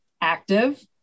active